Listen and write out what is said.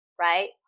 right